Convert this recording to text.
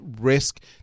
risk